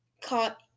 caught